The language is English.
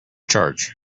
charge